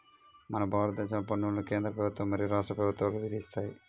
మన భారతదేశంలో పన్నులను కేంద్ర ప్రభుత్వం మరియు రాష్ట్ర ప్రభుత్వాలు విధిస్తాయి